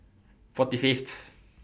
forty Fifth